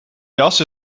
jas